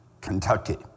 Kentucky